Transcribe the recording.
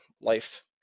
life